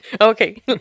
okay